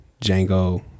Django